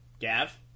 Gav